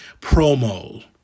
promo